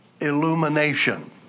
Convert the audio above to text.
illumination